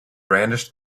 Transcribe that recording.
brandished